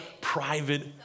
private